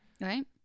Right